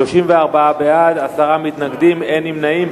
34 בעד, עשרה מתנגדים, אין נמנעים.